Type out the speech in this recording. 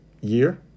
year